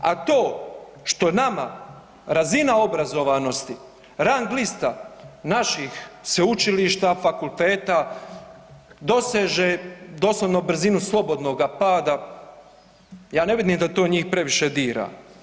A to što nama razina obrazovanosti, rang lista naših sveučilišta, fakulteta doseže doslovno brzinu slobodnoga pada, ja ne vidim da to njih previše dira.